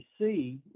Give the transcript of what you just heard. see